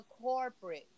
corporate